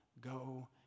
go